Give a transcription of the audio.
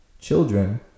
children